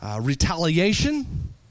Retaliation